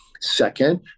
Second